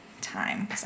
time